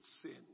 sin